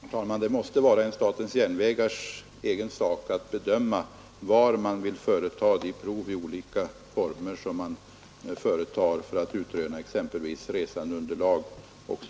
Herr talman! Det måste vara en SJ:s egen sak att bedöma var man vill anordna prov i olika former för att utröna exempelvis resandeunderlag [CS